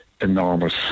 enormous